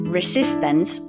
resistance